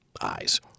eyes